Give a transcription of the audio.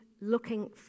looking